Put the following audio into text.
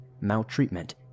maltreatment